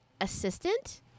assistant